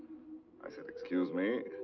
i said excuse me.